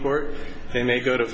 court they may go to